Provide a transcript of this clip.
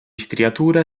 striature